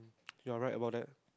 you are right about that